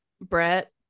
Brett